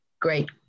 great